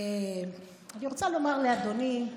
אני רוצה לומר לאדוני,